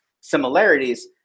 similarities